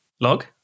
Log